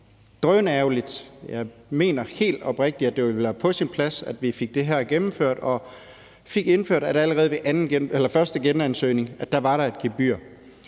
oprigtigt, at det ville være på sin plads, at vi fik det her gennemført og fik indført, at der allerede ved første genansøgning var et gebyr.